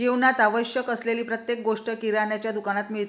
जीवनात आवश्यक असलेली प्रत्येक गोष्ट किराण्याच्या दुकानात मिळते